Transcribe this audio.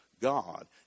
God